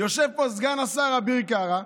יושב פה סגן השר אביר קארה,